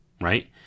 right